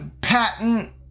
patent